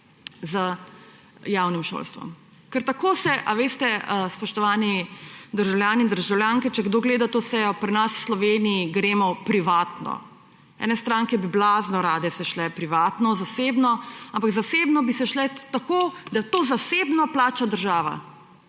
z javnim šolstvom. Ker tako se, ali veste, spoštovani državljani in državljanke, če to gleda to sejo, pri nas v Sloveniji gremo privatno. Ene stranke bi se blazno rade šle privatno, zasebno, ampak zasebno bi se šle tako, da to zasebno plača država.